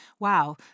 Wow